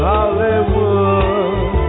Hollywood